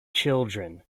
children